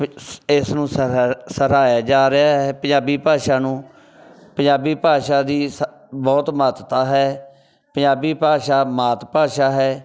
ਇਸ ਨੂੰ ਸਰਹ ਸਰਾਹਿਆ ਜਾ ਰਿਹਾ ਹੈ ਪੰਜਾਬੀ ਭਾਸ਼ਾ ਨੂੰ ਪੰਜਾਬੀ ਭਾਸ਼ਾ ਦੀ ਸ ਬਹੁਤ ਮਹੱਤਤਾ ਹੈ ਪੰਜਾਬੀ ਭਾਸ਼ਾ ਮਾਤ ਭਾਸ਼ਾ ਹੈ